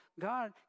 God